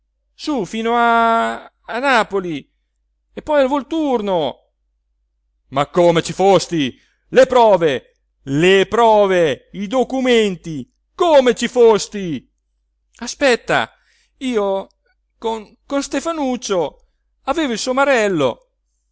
su fino a a napoli e poi al volturno ma come ci fosti le prove le prove i documenti come ci fosti aspetta io con con stefanuccio avevo il somarello